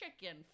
chicken